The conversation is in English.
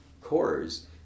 cores